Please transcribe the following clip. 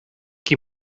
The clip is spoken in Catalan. qui